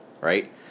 Right